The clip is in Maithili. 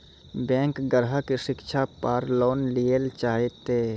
बैंक ग्राहक शिक्षा पार लोन लियेल चाहे ते?